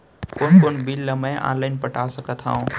कोन कोन बिल ला मैं ऑनलाइन पटा सकत हव?